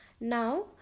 Now